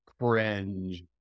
Cringe